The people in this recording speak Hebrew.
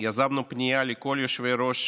יזמנו פנייה לכל יושבי-ראש